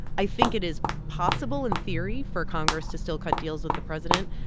i think it is possible, in theory, for congress to still cut deals with the president.